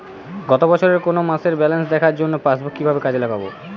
গত বছরের কোনো মাসের ব্যালেন্স দেখার জন্য পাসবুক কীভাবে কাজে লাগাব?